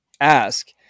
ask